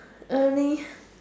early